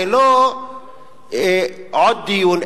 זה לא עוד דיון,